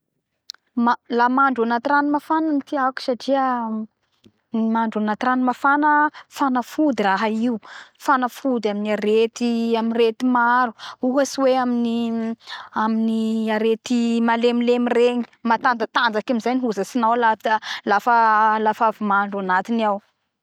La mandro agnaty rano mafana tiako satria gny mandro agnaty rano mafana fanafody raha io fanafody amy arety arety maro ohatsy hoe aminy arety malemilemy regny; matanjatanjaky amizay ny hozatsy nao lafa lafa avy mandro agnatiny ao